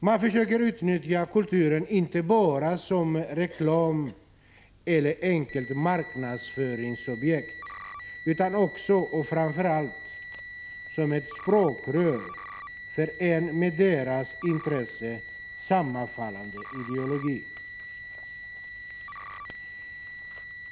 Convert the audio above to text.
Man försöker utnyttja kulturen inte bara i reklamsyfte eller som ett enkelt marknadsföringsobjekt, utan också — och framför allt — som ett språkrör för en med deras intresse sammanfallande ideologi.